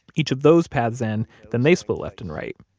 each of those paths end, then they split left and right.